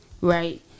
right